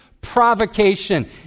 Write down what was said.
provocation